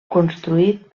construït